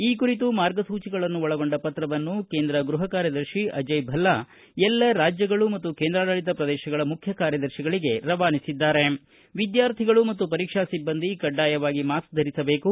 ಈ ಕುರಿತು ಮಾರ್ಗಸೂಚಿಗಳನ್ನು ಒಳಗೊಂಡ ಪತ್ರವನ್ನು ಕೇಂದ್ರ ಗೃಪ ಕಾರ್ಯದರ್ಶಿ ಅಜಯ ಭಲ್ಲಾ ಎಲ್ಲ ರಾಜ್ಯಗಳು ಮತ್ತು ಕೇಂದ್ರಾಡಳಿತ ಪ್ರದೇಶಗಳ ಮುಖ್ಯ ಕಾರ್ಯದರ್ಶಿಗಳಿಗೆ ರವಾನಿಸಿದ್ದು ವಿದ್ಕಾರ್ಥಿಗಳು ಮತ್ತು ಪರೀಕ್ಷಾ ಸಿಬ್ಬಂದಿ ಕಡ್ಡಾಯವಾಗಿ ಮಾಸ್ಕ್ ಧರಿಸಬೇಕು